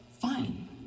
fine